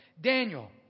Daniel